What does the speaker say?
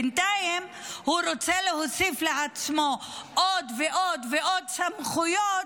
בינתיים הוא רוצה להוסיף לעצמו עוד ועוד סמכויות,